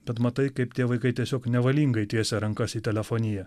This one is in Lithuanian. bet matai kaip tie vaikai tiesiog nevalingai tiesia rankas į telefoniją